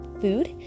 food